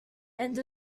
end